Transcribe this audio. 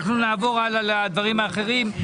אנחנו נעבור הלאה לדברים האחרים.